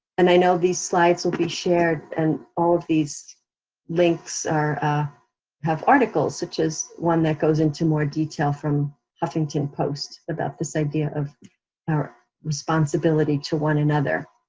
and i know these slides will be shared, and all of these links are have articles such as one that goes into more detail from huffington post about this idea of our responsibility to one another,